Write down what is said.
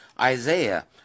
Isaiah